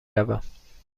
روم